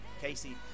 Casey